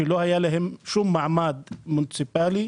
שלא היה להם שום מעמד מוניציפלי.